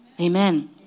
Amen